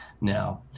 now